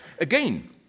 again